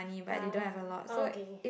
ah okay